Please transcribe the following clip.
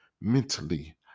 Mentally